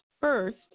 first